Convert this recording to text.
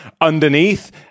underneath